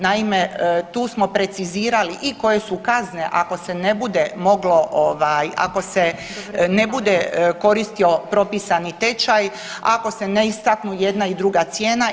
Naime, tu smo precizirali i koje su kazne ako se ne bude moglo ovaj, ako se ne bude koristio propisani tečaj, ako se ne istaknu jedna i druga cijena.